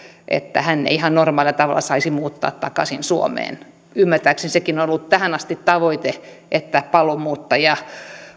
että hän ei ihan normaalilla tavalla saisi muuttaa takaisin suomeen ymmärtääkseni sekin on ollut tähän asti tavoite että paluumuuttajia